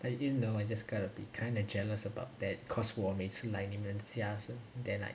but you know I just got to be kind of jealous about that cause 我每次来你们的家 then like